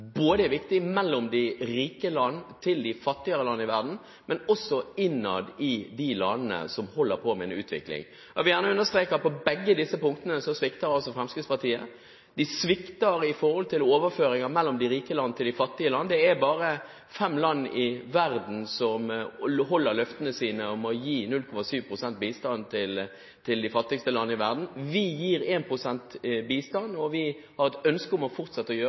viktig både for de rike og de fattige land i verden, men også innad i de landene som holder på med en utvikling. Jeg vil gjerne understreke at på begge disse punktene så svikter Fremskrittspartiet. De svikter når det gjelder overføring fra de rike land til de fattige land. Det er bare fem land i verden som holder løftene sine om å gi 0,7 pst. bistand til de fattigste land i verden. Vi gir 1 pst. bistand, og vi har et ønske om å fortsette å gjøre